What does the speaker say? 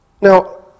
Now